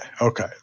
okay